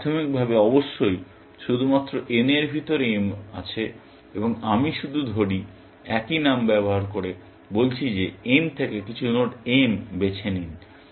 কিন্তু প্রাথমিকভাবে অবশ্যই শুধুমাত্র n এর ভিতরে m আছে এবং আমি শুধু ধরি একই নাম ব্যবহার করে বলছি যে n থেকে কিছু নোড m বেছে নিন